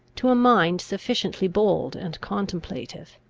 to a mind sufficiently bold and contemplative.